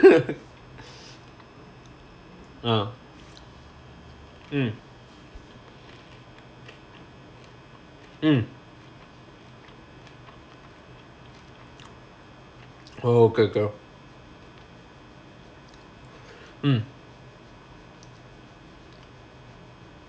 uh mm mm oh okay okay mm